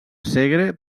segre